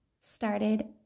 started